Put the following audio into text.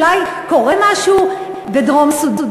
אולי קורה משהו בדרום-סודאן,